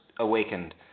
awakened